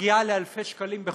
מגיעה לאלפי שקלים בחודש,